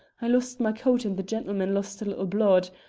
i lost my coat and the gentleman lost a little blood.